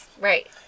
Right